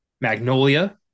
Magnolia